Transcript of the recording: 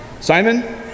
Simon